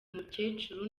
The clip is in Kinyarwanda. mukecuru